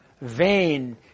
vain